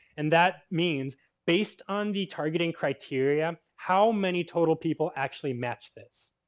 and that means based on the targeting criteria, how many total people actually match this?